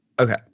Okay